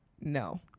No